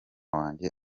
wanjye